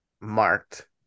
marked